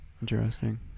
Interesting